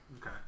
okay